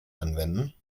anwenden